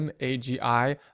MAGI